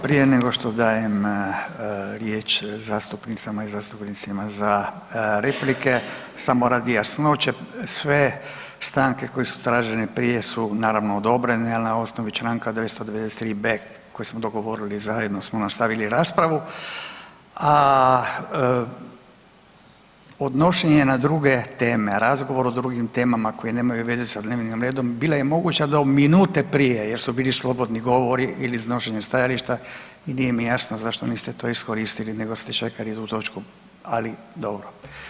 Prije nego što dajem riječ zastupnicama i zastupnicima za replike, samo radi jasnoće, sve stanke koje su tražene prije su naravno, odobrene, ali na osnovi čl. 293.b koji smo dogovorili zajedno smo nastavili raspravu, a odnošenje na druge teme, razgovor o drugim temama koje nemaju veze s dnevnim redom bila je moguće do minute prije jer su bili slobodni govori ili iznošenje stajališta i nije mi jasno zašto niste te iskoristili nego ste čekali točku, ali dobro.